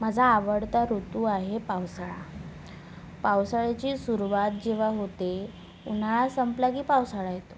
माझा आवडता ऋतू आहे पावसाळा पावसाळ्याची सुरूवात जेव्हा होते उन्हाळा संपला की पावसाळा येतो